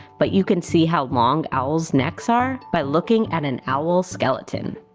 but you can see how long owl's necks are by looking at an owl skeleton.